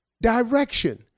direction